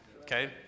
Okay